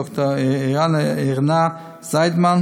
דוקטור אירנה זיידמן,